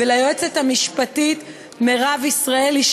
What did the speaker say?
וליועצת המשפטית מירב ישראלי,